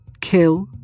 kill